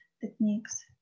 techniques